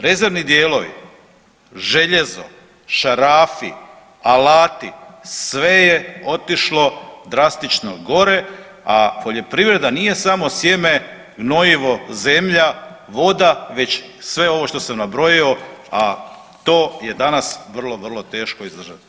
Rezervni dijelovi, željezo, šarafi, alati sve je otišlo drastično gore, a poljoprivreda nije samo sjeme, gnojivo, zemlja, voda već sve ovo što sam nabrojio a to je danas vrlo, vro teško izdržati.